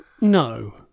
no